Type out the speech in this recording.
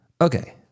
Okay